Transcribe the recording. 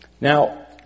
Now